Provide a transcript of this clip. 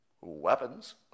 weapons